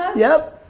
yep.